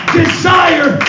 desire